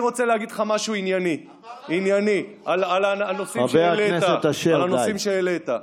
אבל אני רוצה להגיד לך משהו ענייני על הנושאים שהעלית,